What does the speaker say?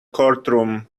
courtroom